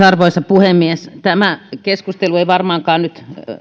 arvoisa puhemies tämä keskustelu ei varmaankaan